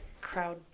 crowd